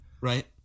Right